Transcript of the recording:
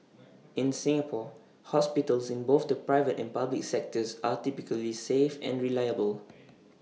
in Singapore hospitals in both the private and public sectors are typically safe and reliable